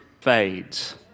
fades